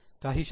काही शंका